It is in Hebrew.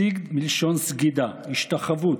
סיגד מלשון סגידה, השתחוות,